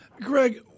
Greg